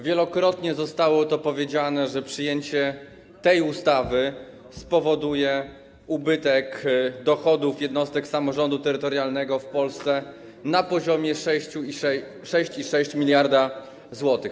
Wielokrotnie zostało powiedziane, że przyjęcie tej ustawy spowoduje ubytek dochodów jednostek samorządu terytorialnego w Polsce na poziomie 6,6 mld zł.